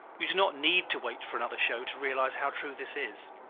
you do not need to wait for another show to realize how true this is.